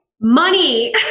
Money